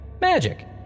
MAGIC